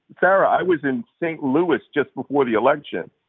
sarah i was in st. louis just before the election,